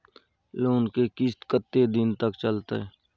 Loan के किस्त कत्ते दिन तक चलते?